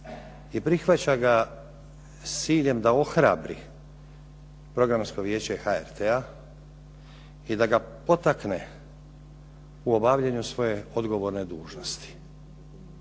i prihvaća ga s ciljem da ohrabri Programsko vijeće HRT-a i da ga potakne u obavljanju svoje odgovorne dužnosti.